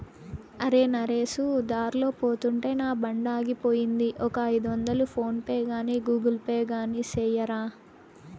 అరే, నరేసు దార్లో పోతుంటే నా బండాగిపోయింది, ఒక ఐదొందలు ఫోన్ పే గాని గూగుల్ పే గాని సెయ్యరా